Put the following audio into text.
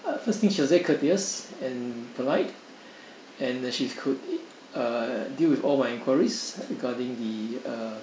first thing she was very courteous and polite and uh she's could uh deal with all my enquiries regarding the uh